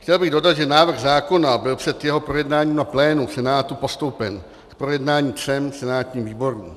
Chtěl bych dodat, že návrh zákona byl před jeho projednáním na plénu v Senátu postoupen k projednání třem senátním výborům.